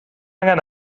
angen